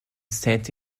sent